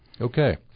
okay